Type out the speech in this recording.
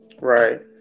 Right